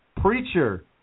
Preacher